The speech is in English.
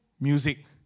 music